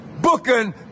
Booking